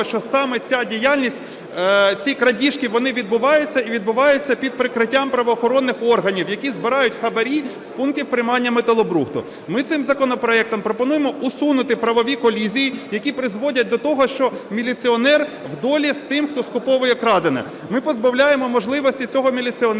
що саме ця діяльність, ці крадіжки, вони відбуваються і відбуваються під прикриттям правоохоронних органів, які збирають хабарі з пунктів приймання металобрухту. Ми цим законопроектом пропонуємо усунути правові колізії, які призводять до того, що міліціонер в долі з тим, хто скуповує крадене. Ми позбавляємо можливості цього міліціонера